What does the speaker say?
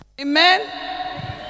Amen